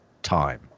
time